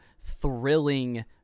thrilling